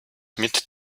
mit